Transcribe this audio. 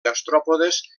gastròpodes